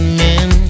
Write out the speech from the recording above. men